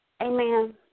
Amen